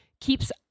keeps